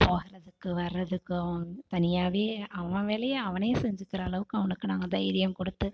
போகறதுக்கும் வர்றதுக்கும் தனியாகவே அவன் வேலையை அவனே செஞ்சிக்கிற அளவுக்கு அவனுக்கு நாங்கள் தைரியம் கொடுத்து